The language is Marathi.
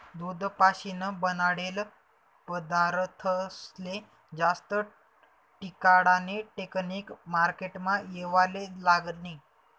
दूध पाशीन बनाडेल पदारथस्ले जास्त टिकाडानी टेकनिक मार्केटमा येवाले लागनी